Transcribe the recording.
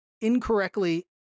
incorrectly